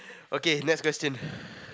okay next question